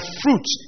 fruit